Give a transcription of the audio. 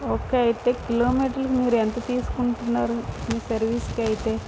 okay ఐతే కిలోమీటర్కి మీరు ఎంత తీసుకుంటున్నారు మీ సర్వీస్కైతే